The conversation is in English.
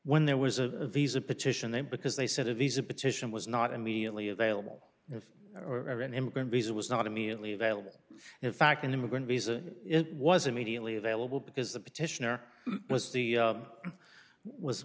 when there was a visa petition then because they said a visa petition was not immediately available if an immigrant visa was not immediately available in fact an immigrant visa it was immediately available because the petitioner was the